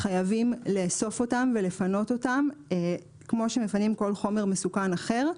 חייבים לאסוף אותם ולפנות אותם כמו שמפנים כל חומר מסוכן אחר,